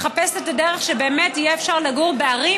לחפש את הדרך שבאמת יהיה אפשר לגור בערים,